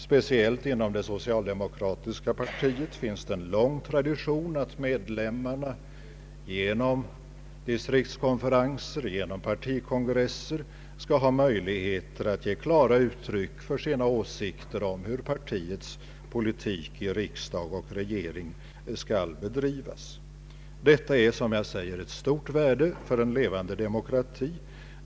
Speciellt inom det socialdemokratiska partiet finns det en lång tradition att medlemmarna genom distriktskonferenser och partikongresser skall ha möjligheter att ge klara uttryck för sina åsikter om hur partiets politik i riksdag och regering skall bedrivas. Detta är ett stort värde för en levande demokrati.